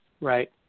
right